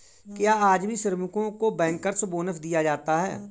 क्या आज भी श्रमिकों को बैंकर्स बोनस दिया जाता है?